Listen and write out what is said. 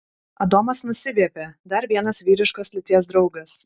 adomas nusiviepė dar vienas vyriškos lyties draugas